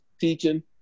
teaching